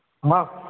ماں